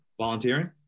volunteering